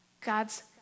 God's